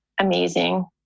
amazing